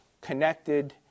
connected